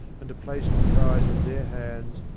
and to place the prize in their hands,